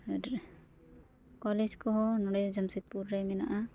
ᱟᱨ college ᱠᱚᱦᱚᱸ ᱱᱚᱰᱮ ᱡᱟᱢᱥᱮᱫᱽᱯᱩᱨ ᱨᱮ ᱢᱮᱱᱟᱜᱼᱟ